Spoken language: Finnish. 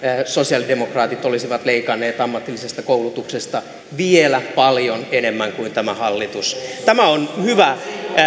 sosialidemokraatit olisivat leikanneet ammatillisesta koulutuksesta vielä paljon enemmän kuin tämä hallitus tämä on hyvä